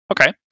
Okay